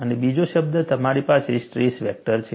અને બીજો શબ્દ તમારી પાસે સ્ટ્રેસ વેક્ટર છે